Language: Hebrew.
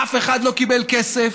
אף אחד לא קיבל כסף,